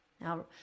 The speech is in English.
Now